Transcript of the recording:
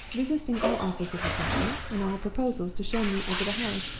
resisting all offers of refreshment, and all proposals to show me over the house.